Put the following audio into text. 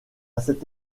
cette